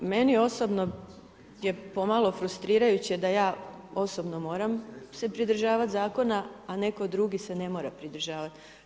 Meni osobno je pomalo frustrirajuće da ja osobno moram se pridržavat zakona a neko drugi se ne mora pridržavati.